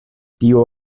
tiu